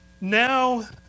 now